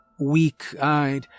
Weak-eyed